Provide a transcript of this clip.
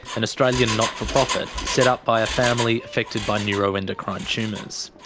an australian not-for-profit set up by a family affected by neuroendocrine tumours.